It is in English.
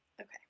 Okay